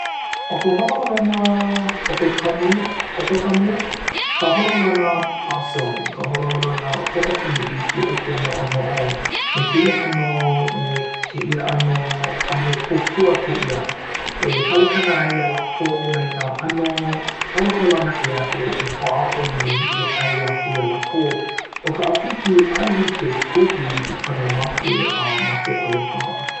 ʻo ka holoholona ʻopekamu ʻopakuma ka holoholona opossum ka holoholona hoʻokahi i hiki iaʻu ke noʻonoʻo me kēia ʻano me kēia ʻano a he kōkua kēia e palekana ai iā lākou mai nā ʻano holoholona ʻē aʻe e hoʻāʻo nei e ʻai aku iā lākou. ʻO ka ʻāpiki ʻaʻole hiki ke kuhi i kona make a make ʻole paha.